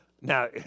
Now